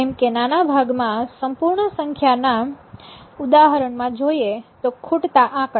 જેમકે નાના ભાગમાં સંપૂર્ણ સંખ્યા ના ઉદાહરણ માં જોઈએ તો ખૂટતા આંકડા